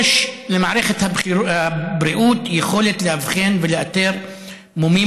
יש למערכת הבריאות יכולת לאבחן ולאתר מומים